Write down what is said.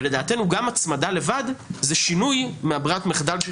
לדעתנו גם הצמדה לבד זה שינוי מברירת המחדל.